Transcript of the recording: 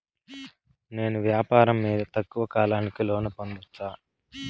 నేను వ్యాపారం మీద తక్కువ కాలానికి లోను పొందొచ్చా?